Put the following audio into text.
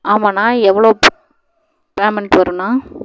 ஆமாண்ணா எவ்வளோப் பேமெண்ட் வரும்ணா